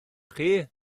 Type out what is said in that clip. chi